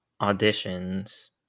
auditions